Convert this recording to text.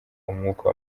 umwuka